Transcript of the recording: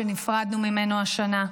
שנפרדנו ממנו השנה.